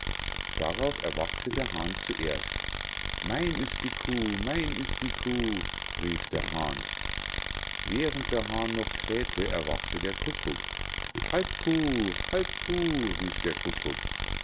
darauf erwachte der hahn zuerst mein ist die kuh mein ist die kuh rief der hahn während der hahn noch kräh'te erwachte der kukuk halb kuh halb kuh rief der kukuk